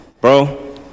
bro